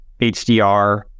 HDR